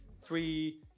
three